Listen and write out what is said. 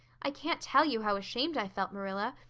i can't tell you how ashamed i felt, marilla,